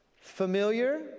familiar